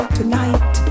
tonight